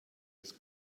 his